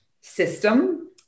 system